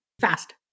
Fast